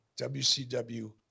WCW